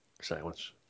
Silence